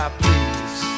please